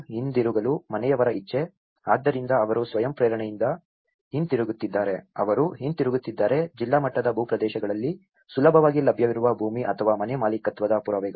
ಹಿಂದಿರುಗಲು ಮನೆಯವರ ಇಚ್ಛೆ ಆದ್ದರಿಂದ ಅವರು ಸ್ವಯಂಪ್ರೇರಣೆಯಿಂದ ಹಿಂತಿರುಗುತ್ತಿದ್ದಾರೆ ಅವರು ಹಿಂತಿರುಗುತ್ತಿದ್ದಾರೆ ಜಿಲ್ಲಾ ಮಟ್ಟದ ಭೂಪ್ರದೇಶಗಳಲ್ಲಿ ಸುಲಭವಾಗಿ ಲಭ್ಯವಿರುವ ಭೂಮಿ ಅಥವಾ ಮನೆ ಮಾಲೀಕತ್ವದ ಪುರಾವೆಗಳು